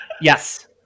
Yes